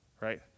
right